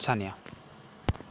Sania